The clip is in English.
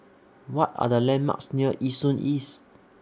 What Are The landmarks near Nee Soon East